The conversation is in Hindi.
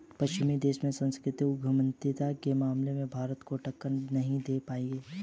पश्चिमी देश सांस्कृतिक उद्यमिता के मामले में भारत को टक्कर नहीं दे पाएंगे